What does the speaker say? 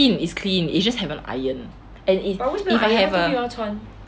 is clean is clean it's just haven't iron and if if I have a